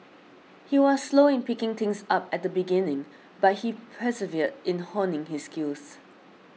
he was slow in picking things up at the beginning but he persevered in honing his skills